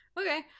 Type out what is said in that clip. Okay